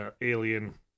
alien